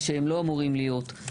מה שהם לא אמורים להיות,